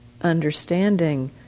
understanding